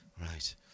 right